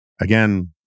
again